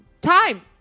time